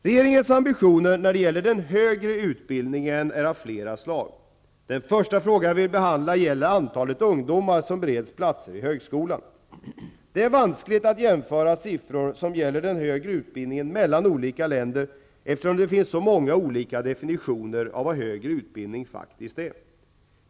Regeringens ambitioner när det gäller den högre utbildningen är av flera slag. Den första frågan jag vill behandla gäller antalet ungdomar som bereds plats i högskolan. Det är vanskligt att jämföra siffror som gäller den högre utbildningen mellan olika länder, eftersom det finns så många olika definitioner av vad högre utbildning faktiskt är.